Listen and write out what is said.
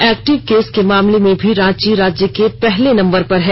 active case के मामले में भी रांची राज्य के पहले नम्बर पर है